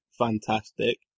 Fantastic